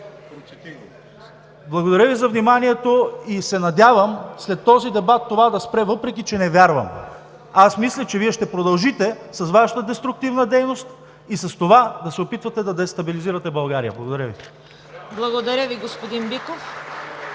Благодаря Ви за вниманието и се надявам след този дебат това да спре, въпреки че не вярвам. Мисля, че ще продължите с Вашата деструктивна дейност и с това да се опитвате да дестабилизирате България. Благодаря Ви. (Ръкопляскания от